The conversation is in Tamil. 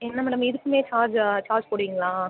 என்ன மேடம் இதுக்குமே சார்ஜா சார்ஜ் போடுவீங்களா